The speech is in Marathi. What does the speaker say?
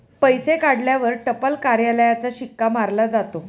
पैसे काढल्यावर टपाल कार्यालयाचा शिक्का मारला जातो